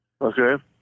okay